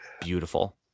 beautiful